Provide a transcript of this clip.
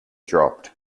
dropped